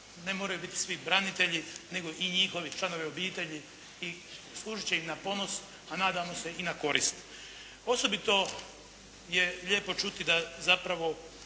ne moraju biti svi branitelji, nego i njihovi članovi obitelji i služiti će im na ponos, a nadamo se i na korist. Osobito je lijepo čuti da zapravo